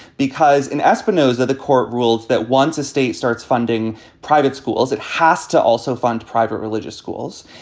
because in espinosa, the court ruled that once a state starts funding private schools, it has to also fund private religious schools.